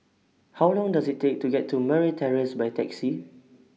How Long Does IT Take to get to Murray Terrace By Taxi